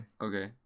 Okay